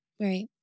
Right